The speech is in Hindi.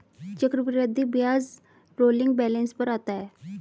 चक्रवृद्धि ब्याज रोलिंग बैलन्स पर आता है